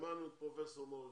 שמענו את פרופ' מור יוסף,